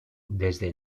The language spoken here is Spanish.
desde